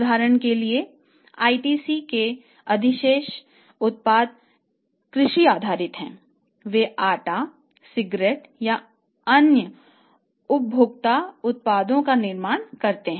उदाहरण के लिए आईटीसी के अधिकांश उत्पाद कृषि आधारित हैं वे आटा सिगरेट और कई अन्य उपभोक्ता उत्पादों का निर्माण करते हैं